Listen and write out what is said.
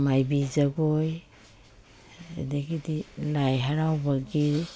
ꯃꯥꯏꯕꯤ ꯖꯒꯣꯏ ꯑꯗꯒꯤꯗꯤ ꯂꯥꯏ ꯍꯔꯥꯎꯕꯒꯤ